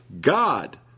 God